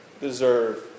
deserve